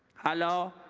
hello